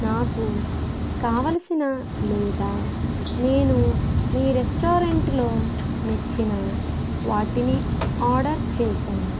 నాకు కావలసిన లేదా నేను మీ రెస్టారెంట్లో మెచ్చిన వాటిని ఆర్డర్ చేశాను